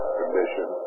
condition